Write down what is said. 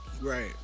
Right